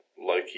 Loki